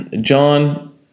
John